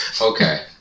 Okay